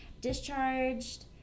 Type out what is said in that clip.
discharged